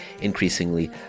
increasingly